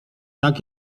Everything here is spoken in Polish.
tak